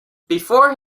before